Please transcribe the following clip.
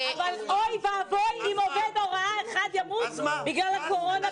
אבל אוי ואבוי אם עובד הוראה אחד ימות בגלל הקורונה.